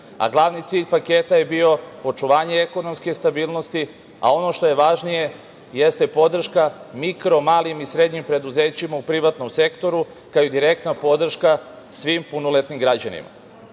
a glavni cilj tog paketa je bio očuvanje ekonomske stabilnosti, a ono što je važnije jeste podrška mikro, malim i srednjim preduzećima u privatnom sektoru, kao i direktna podrška svim punoletnim građanima. Upravo